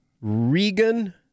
Regan